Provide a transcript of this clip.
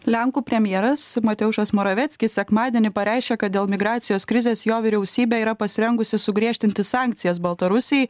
lenkų premjeras mateušas moravieckis sekmadienį pareiškė kad dėl migracijos krizės jo vyriausybė yra pasirengusi sugriežtinti sankcijas baltarusijai